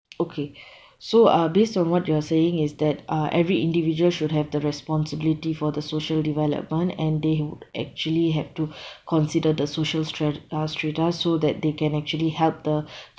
okay so uh based on what you are saying is that uh every individual should have the responsibility for the social development and they actually have to consider the social stra~ uh strata so they can actually help the